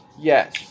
Yes